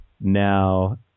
Now